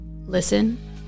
Listen